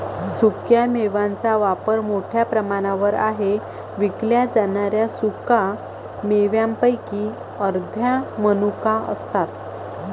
सुक्या मेव्यांचा वापर मोठ्या प्रमाणावर आहे विकल्या जाणाऱ्या सुका मेव्यांपैकी अर्ध्या मनुका असतात